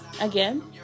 again